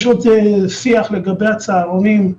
יש עוד שיח לגבי הצהרונים,